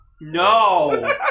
No